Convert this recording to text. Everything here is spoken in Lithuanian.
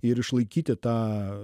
ir išlaikyti tą